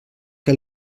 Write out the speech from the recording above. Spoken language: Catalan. que